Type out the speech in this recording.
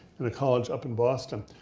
in a college up in boston.